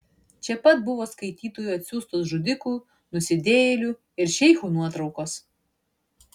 čia pat buvo skaitytojų atsiųstos žudikų nusidėjėlių ir šeichų nuotraukos